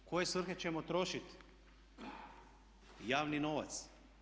U koje svrhe ćemo trošiti javni novac?